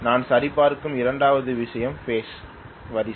நான் சரிபார்க்கும் இரண்டாவது விஷயம் பேஸ் வரிசை